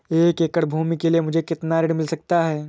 एक एकड़ भूमि के लिए मुझे कितना ऋण मिल सकता है?